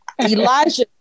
elijah